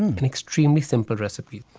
and an extremely simple recipe.